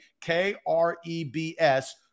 K-R-E-B-S